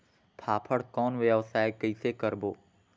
फाफण कौन व्यवसाय कइसे करबो?